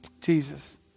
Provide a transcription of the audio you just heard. Jesus